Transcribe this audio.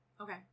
Okay